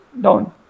down